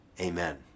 Amen